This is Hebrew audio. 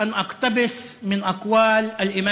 (אומר דברים בשפה הערבית,